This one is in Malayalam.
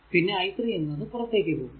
പിന്നെ i3 എന്നത് പുറത്തേക്കു പോകുന്നു